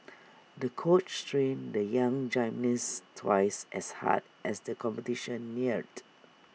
the coach trained the young gymnast twice as hard as the competition neared